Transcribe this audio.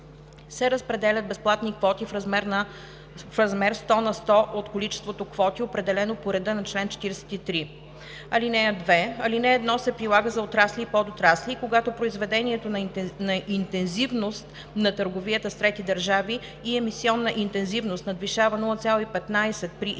се разпределят безплатни квоти в размер сто на сто от количеството квоти, определено по реда на чл. 43. (2) Алинея 1 се прилага за отрасли и подотрасли и когато произведението на интензивност на търговията с трети държави и емисионна интензивност надвишава 0,15 при използване